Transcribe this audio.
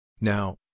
Now